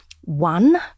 one